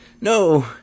No